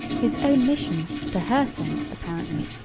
his own mission, to her sense, apparently,